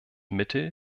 mittel